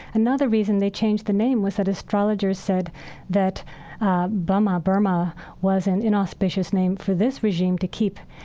another reason they changed the name was that astrologer said that burma burma was an inauspicious name for this regime to keep.